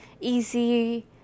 easy